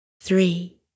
Three